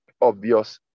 obvious